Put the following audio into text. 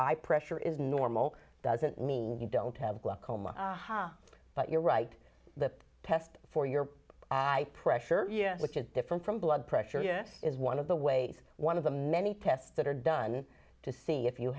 eye pressure is normal doesn't mean you don't have glaucoma ha but you're right the test for your eye pressure yes which is different from blood pressure is one of the ways one of the many tests that are done to see if you